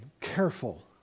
careful